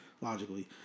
logically